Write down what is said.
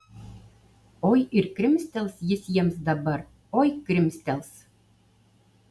oi ir krimstels jis jiems dabar oi krimstels